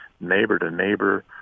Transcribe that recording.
neighbor-to-neighbor